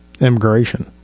immigration